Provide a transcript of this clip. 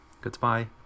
Goodbye